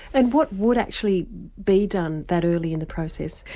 and what would actually be done that early in the process?